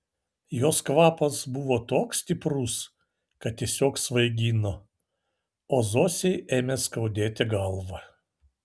jos kvapas buvo toks stiprus kad tiesiog svaigino o zosei ėmė skaudėti galvą